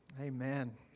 Amen